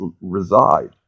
reside